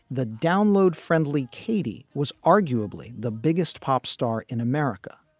the download friendly katy was arguably the biggest pop star in america,